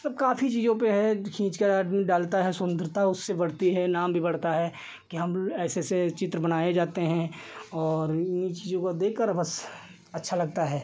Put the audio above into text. अब काफ़ी चीज़ों पर है खींचकर आदमी डालता है सुन्दरता उससे बढ़ती है नाम भी बढ़ता है कि हम ऐसे ऐसे चित्र बनाए जाते हैं और इन्हीं चीज़ों काे देखकर बस अच्छा लगता है